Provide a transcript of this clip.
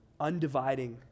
undividing